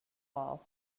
wall